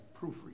proofread